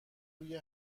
توی